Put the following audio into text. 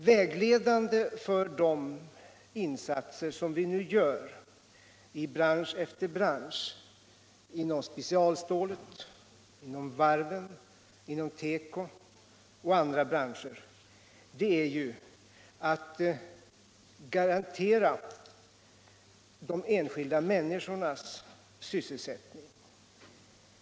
Vägledande = företag vid för de insatser som vi nu gör i bransch efter bransch — det gäller spe = strukturförändringcialstålet, varven, teko och andra branscher — har varit att garantera de — ar enskilda människornas sysselsättning.